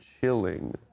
chilling